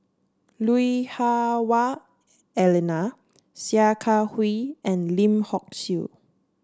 Lui Hah Wah Elena Sia Kah Hui and Lim Hock Siew